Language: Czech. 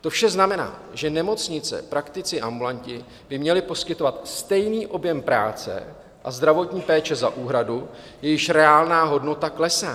To vše znamená, že nemocnice, praktici, ambulanti by měli poskytovat stejný objem práce a zdravotní péče za úhradu, jejíž reálná hodnota klesá.